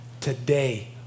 today